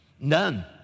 None